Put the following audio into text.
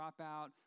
dropout